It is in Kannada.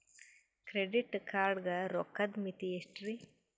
ಕ್ರೆಡಿಟ್ ಕಾರ್ಡ್ ಗ ರೋಕ್ಕದ್ ಮಿತಿ ಎಷ್ಟ್ರಿ?